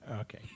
Okay